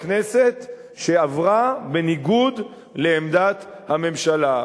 בניגוד לעמדת הממשלה.